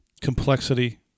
complexity